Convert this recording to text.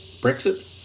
Brexit